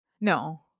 No